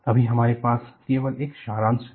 अभी हमारे पास केवल एक सारांश है